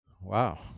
Wow